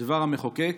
דבר המחוקק.